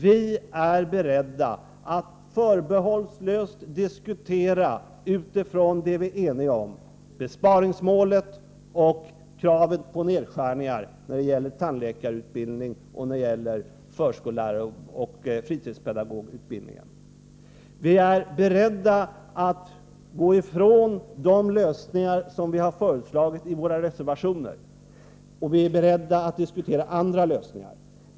Vi är beredda att förbehållslöst diskutera utifrån det vi är eniga om: besparingsmålet och kravet på nedskärningar när det gäller tandläkarutbildningen samt förskolläraroch fritidspedagogutbildningen. Vi är beredda att gå ifrån de lösningar som vi har föreslagit i våra reservationer, och vi är beredda att diskutera andra lösningar.